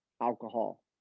alcohol